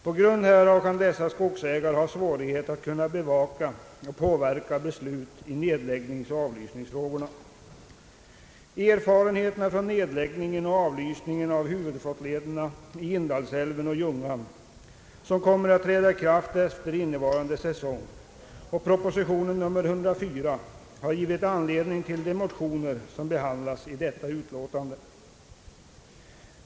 På grund härav kan dessa skogsägare ha svårigheter att bevaka och påverka beslut i nedläggningsoch avlysningsfrågor. Erfarenheterna från nedläggningen och avlysningen av huvudflottlederna i Indalsälven och Ljungan, som kommer att träda i kraft efter innevarande säsong, och propositionen nr 104 har givit anledning till de motioner som behandlas i detta utlåtande.